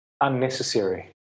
Unnecessary